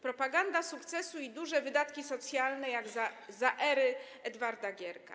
Propaganda sukcesu i duże wydatki socjalne jak za ery Edwarda Gierka.